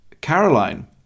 Caroline